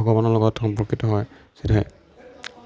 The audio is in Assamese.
ভগৱানৰ লগত সম্পৰ্কিত হয় চিধাই